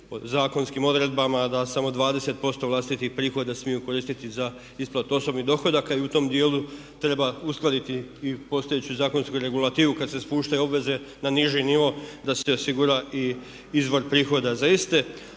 podzakonskim odredbama da samo 20% vlastitih prihoda smiju koristiti za isplatu osobnih dohodaka. I u tom djelu treba uskladiti i postojeću zakonsku regulativu kad se spuštaju obveze na niži nivo da se osigura i izvor prihoda za iste.